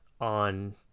on